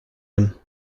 him